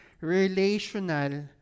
relational